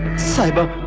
sahiba,